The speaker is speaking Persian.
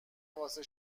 واسه